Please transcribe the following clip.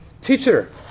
Teacher